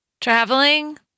Traveling